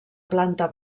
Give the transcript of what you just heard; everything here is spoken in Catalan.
planta